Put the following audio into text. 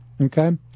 Okay